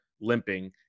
limping